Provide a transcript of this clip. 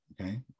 okay